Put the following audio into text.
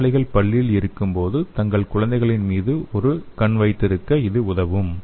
நோயாளிகள் பள்ளியில் இருக்கும்போது தங்கள் குழந்தைகளின் மீது ஒரு கண் வைத்திருக்க இது உதவும்